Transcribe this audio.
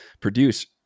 produce